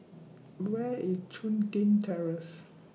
Where IS Chun Tin Terrace